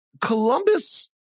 Columbus